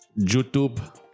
YouTube